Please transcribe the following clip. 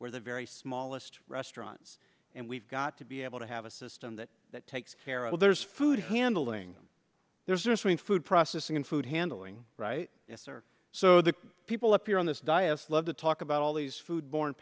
where the very smallest restaurants and we've got to be able to have a system that that takes care of there's food handling there's a swing food processing and food handling right yes or so the people up here on this diet love to talk about all these food born